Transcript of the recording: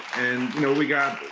and you know we got,